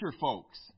folks